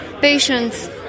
patients